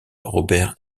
robert